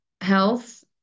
Health